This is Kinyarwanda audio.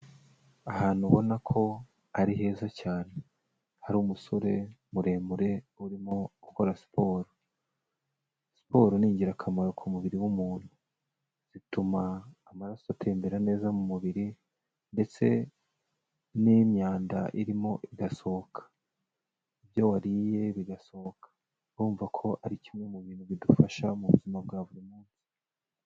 Ahantu ubona ko ari heza cyane, hari umusore muremure urimo ukora siporo, siporo ni ingirakamaro ku mubiri w'umuntu, zituma amaraso atembera neza mu mubiri, ndetse n'imyanda irimo igasohoka, ibyo wariye bigasohoka, urumva ko ari kimwe mu bintu bidufasha mu buzima bwa buri munsi.